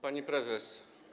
Pani Prezes!